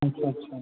ठीक है अच्छा